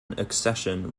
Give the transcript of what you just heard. accession